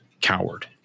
coward